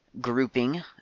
grouping